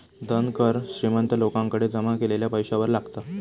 धन कर श्रीमंत लोकांकडे जमा केलेल्या पैशावर लागता